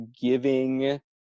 giving